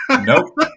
Nope